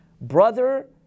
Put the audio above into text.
brother